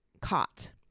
caught